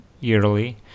yearly